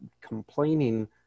complaining